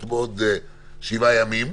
פוקעות בעוד שבעה ימים,